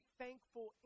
thankful